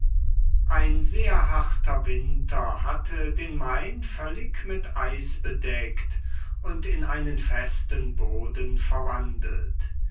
ein sehr harter winter hatte den main völlig mit eis bedeckt und in einen festen boden verwandelt